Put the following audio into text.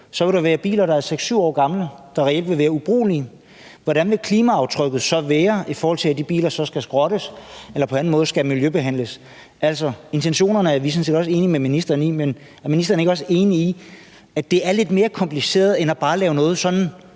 ville der være biler, der er 6-7 år gamle, der reelt ville være ubrugelige. Hvordan vil klimaaftrykket så være, i forhold til at de biler så skal skrottes eller på anden måde skal miljøbehandles? Altså, intentionerne er vi sådan set også enige med ministeren i, men er ministeren ikke også enig i, at det er lidt mere kompliceret end bare at lave noget sådan